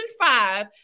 five